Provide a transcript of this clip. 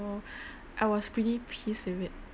I was pretty pissed with it